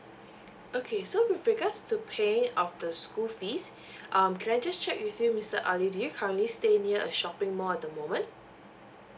okay so with regards to pay off the school fees um can I just check with you mister ali do you currently stay near a shopping mall at the moment